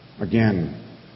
Again